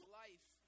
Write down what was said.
life